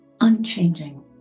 unchanging